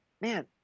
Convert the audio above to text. man